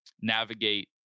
navigate